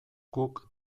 guk